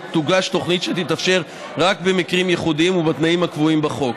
תוגש תוכנית שתתאפשר רק במקרים ייחודיים ובתנאים הקבועים בחוק.